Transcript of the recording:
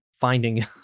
finding